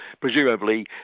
Presumably